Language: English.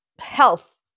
health